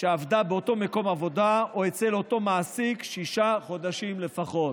שעבדה באותו מקום עבודה או אצל אותו מעסיק שישה חודשים לפחות.